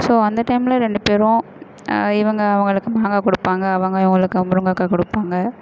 so அந்த டைமில் ரெண்டு பேரும் இவங்க அவர்களுக்கு மாங்காய் கொடுப்பாங்க அவங்க இவர்களுக்கு முருங்கைக்காய் கொடுப்பாங்க